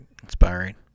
Inspiring